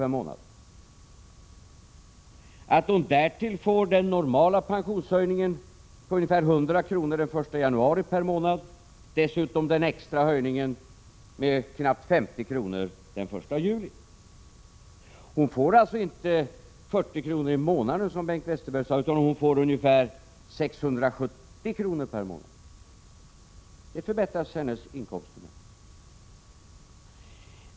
per månad. Därtill får hon den normala pensionshöjningen på ungefär 100 kr. per månad den 1 januari och dessutom den extra höjningen med knappt 50 kr. den 1 juli. Hon får alltså inte 40 kr. i månaden, som Bengt Westerberg sade, utan hon får ungefär 670 kr. i månaden. Med så mycket pengar förbättras hennes inkomst.